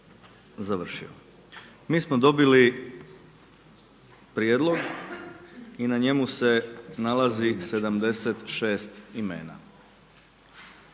završio. Mi smo dobili prijedlog i na njemu se nalazi 76 imena.